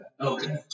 Okay